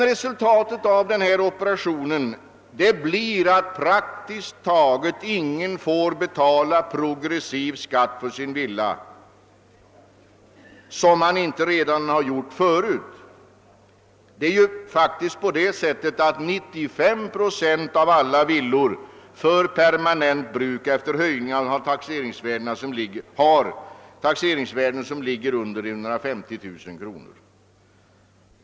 Resultatet av de nya procenttalen blir att praktiskt taget inte någon får betala annan »progressiv» skatt på sin villa än den han redan förut betalar. 95 procent av alla villor för permanent bruk har efter den företagna höjningen faktiskt ett taxeringsvärde under 150 000 kr.